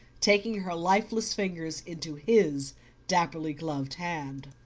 taking her lifeless fingers into his dapperly gloved hand.